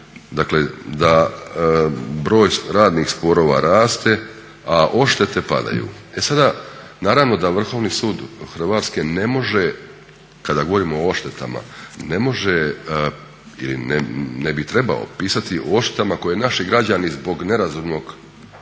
dakle da broj radnih sporova raste, a odštete padaju. E sada naravno da Vrhovni sud Hrvatske ne može kada govorimo o odštetama ne može ili ne bi trebao pisati o odštetama koje naši građani zbog nerazumnog